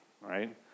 Right